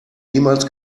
niemals